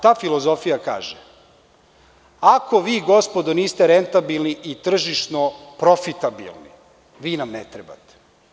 Ta filozofija kaže – Ako vi gospodo niste rentabilni i tržišno profitabilni, vi nam ne trebate.